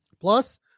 Plus